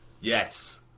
Yes